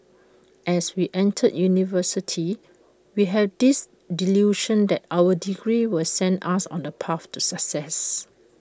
as we enter university we have this delusion that our degree will send us on the path to success